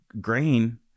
grain